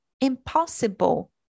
impossible